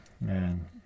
Man